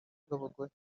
bw’abagore